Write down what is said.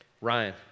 Ryan